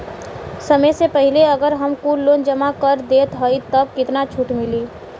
समय से पहिले अगर हम कुल लोन जमा कर देत हई तब कितना छूट मिली?